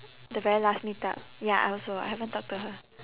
the very last meetup ya I also I haven't talked to her